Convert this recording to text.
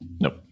Nope